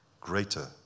greater